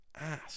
ask